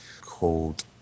called